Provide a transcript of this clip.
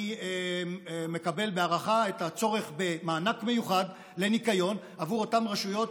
אני מקבל בהערכה את הצורך במענק מיוחד לניקיון עבור אותן רשויות